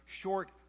short